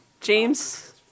James